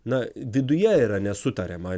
na viduje yra nesutariama